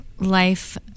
life